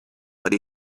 but